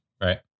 Right